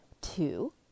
two